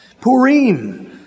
Purim